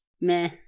meh